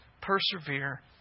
persevere